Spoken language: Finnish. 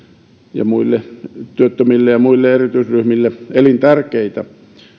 ja työttömille ja muille erityisryhmille elintärkeitä